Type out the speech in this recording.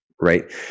right